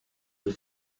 del